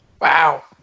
Wow